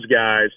guys